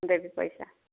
ଦେବି ପଇସା